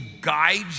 guide